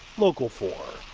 local four.